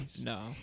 No